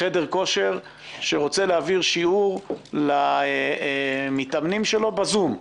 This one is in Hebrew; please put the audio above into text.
חדר כושר שרוצה להעביר שיעור למתאמנים שלו בזום.